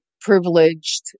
privileged